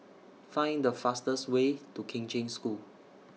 Find The fastest Way to Kheng Cheng School